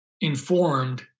informed